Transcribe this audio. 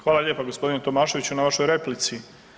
Hvala lijepa gospodine Tomaševiću na vašoj replici.